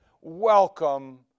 Welcome